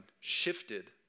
shifted